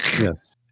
Yes